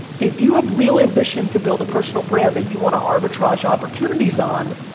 if you have real ambition to build a personal brand that you wanna arbitrage opportunities on,